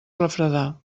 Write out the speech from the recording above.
refredar